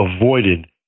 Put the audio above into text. avoided